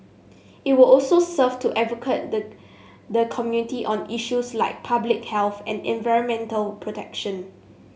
it will also serve to advocate the the community on issues like public health and environmental protection